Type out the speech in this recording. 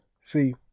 see